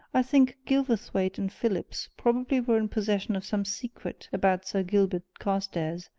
i think gilverthwaite and phillips probably were in possession of some secret about sir gilbert carstairs,